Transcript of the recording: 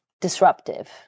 disruptive